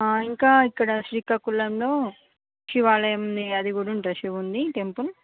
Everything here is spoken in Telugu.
ఇంకా ఇక్కడ శ్రీకాకుళంలో శివాలయం ఉంది అది కూడా ఉంటుంది శివునిది టెంపుల్